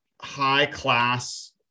high-class